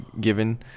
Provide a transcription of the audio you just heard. given